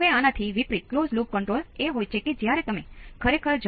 હવે આમાં શું ખાસ છે